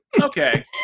okay